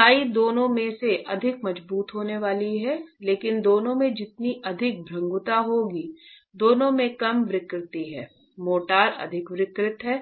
इकाई दोनों में से अधिक मजबूत होने वाली है लेकिन दोनों में जितनी अधिक भंगुरता होगी दोनों में कम विकृत हैं मोर्टार अधिक विकृत है